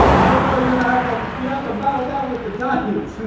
i don't know you're gonna have a you know at the battle that with the giant